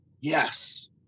Yes